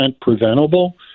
preventable